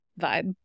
vibe